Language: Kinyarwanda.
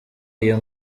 iyo